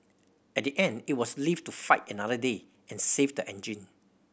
at the end it was live to fight another day and save the engine